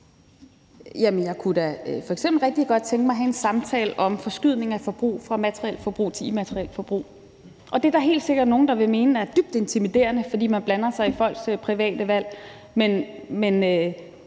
Jeg kunne da f.eks. rigtig godt tænke mig at have en samtale om forskydning af forbrug fra materielt forbrug til immaterielt forbrug. Og det er der helt sikkert nogle der vil mene er dybt intimiderende, fordi man blander sig i folks private valg,